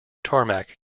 tarmac